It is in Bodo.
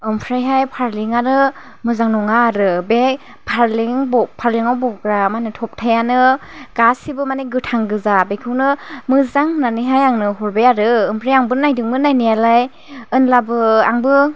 ओमफ्रायहाय फारलेंआनो मोजां नङा आरो बे फारलेंआव बग्रा मा होनो थगथायानो गासिबो मानि गोथां गोजा बेखौनो मोजां होननानैहाय आंनो हरबाय आरो ओमफ्राय आंबो नायदोंमोन नायनायालाय होनब्लाबो आंबो